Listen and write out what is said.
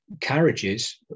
carriages